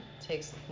takes